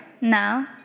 now